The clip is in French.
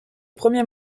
premier